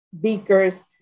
beakers